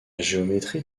géométrie